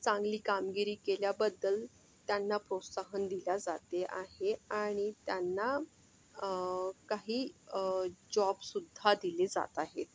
चांगली कामगिरी केल्याबद्दल त्यांना प्रोत्साहन दिले जाते आहे आणि त्यांना काही जॉबसुद्धा दिले जात आहेत